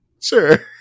sure